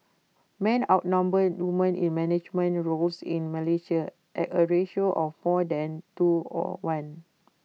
men outnumber women in management roles in Malaysia at A ratio of more than two or one